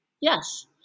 Yes